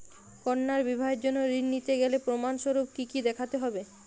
কন্যার বিবাহের জন্য ঋণ নিতে গেলে প্রমাণ স্বরূপ কী কী দেখাতে হবে?